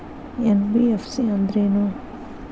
NBFC ಅಂದ್ರೇನು?